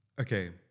okay